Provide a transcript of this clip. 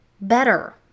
better